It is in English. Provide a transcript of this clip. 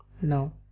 No